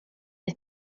and